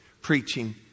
preaching